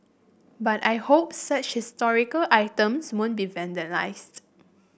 but I hope such historical items won't be vandalised